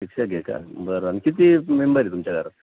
शिक्षक आहे का बरं अ किती मेंबर आहे तुमच्या घरात